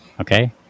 Okay